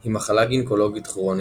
היא מחלה גינקולוגית כרונית,